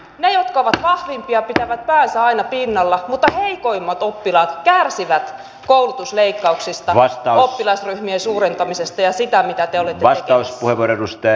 ne jotka ovat vahvimpia pitävät päänsä aina pinnalla mutta heikoimmat oppilaat kärsivät koulutusleikkauksista oppilasryhmien suurentamisesta ja siitä mitä te olette tekemässä